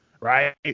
right